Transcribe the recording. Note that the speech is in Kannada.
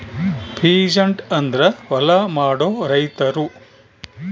ಪೀಸಂಟ್ ಅಂದ್ರ ಹೊಲ ಮಾಡೋ ರೈತರು